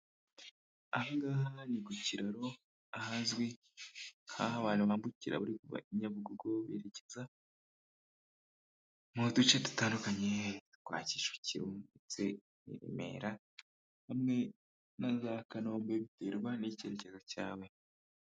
Aha niku kiraro ahazwi hahabaye bambukira i nyabugogo berekeza mu duce dutandukanye twa Kicukiru ndetse na Remera hamwe na za Kanombe biterwa n'icyerekezo cyawe.